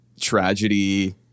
tragedy